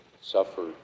suffered